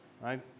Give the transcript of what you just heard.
right